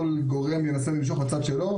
כל גורם ינסה למשוך לצד שלו,